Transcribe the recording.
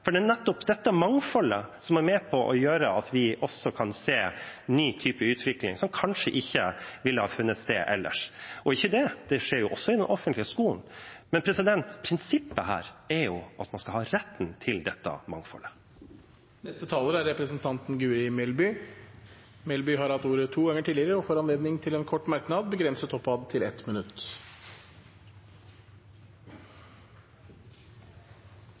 også kan se en ny type utvikling, som kanskje ikke ville ha funnet sted ellers. Ikke for det, det skjer også i den offentlige skolen. Men prinsippet her er at man skal ha rett til dette mangfoldet. Representanten Guri Melby har hatt ordet to ganger tidligere og får ordet til en kort merknad, begrenset til 1 minutt.